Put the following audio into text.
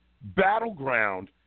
Battleground